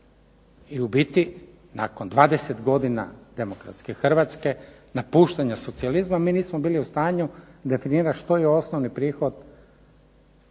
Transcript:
i u biti nakon 20 godina demokratske Hrvatske, napuštanja socijalizma mi nismo bili u stanju definirati što je osnovni prihod proračuna